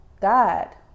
God